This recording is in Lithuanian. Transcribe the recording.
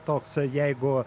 toks jeigu